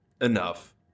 enough